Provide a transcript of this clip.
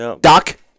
Doc